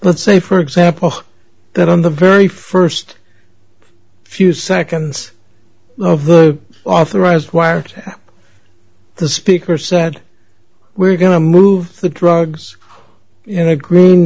let's say for example that on the very first few seconds of the authorized wiretap the speaker said we're going to move the drugs in a green